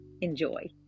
Enjoy